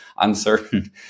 uncertain